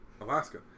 Alaska